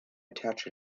attach